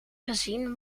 gezien